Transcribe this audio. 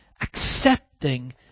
accepting